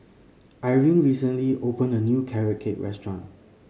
Irene recently open a new Carrot Cake restaurant